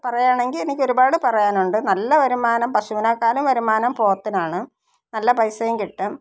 ഇപ്പോൾ പറയാണെങ്കില് എനിക്ക് ഒരുപാട് പറയാനുണ്ട് നല്ല വരുമാനം പശുവിനെക്കാളും വരുമാനം പോത്തിനാണ് നല്ല പൈസയും കിട്ടും